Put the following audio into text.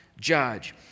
judge